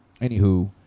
anywho